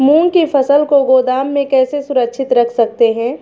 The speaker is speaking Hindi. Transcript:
मूंग की फसल को गोदाम में कैसे सुरक्षित रख सकते हैं?